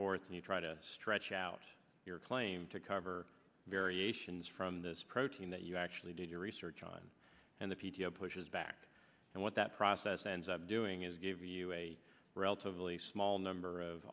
forth and try to stretch out your claim to cover variations from this protein that you actually did your research on and the p t o pushes back and what that process ends up doing is give you a relatively small number of